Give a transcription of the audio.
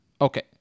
okay